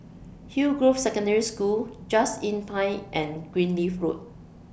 Hillgrove Secondary School Just Inn Pine and Greenleaf Road